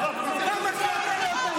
כמה שיותר, יותר טוב.